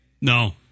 No